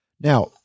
Now